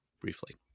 briefly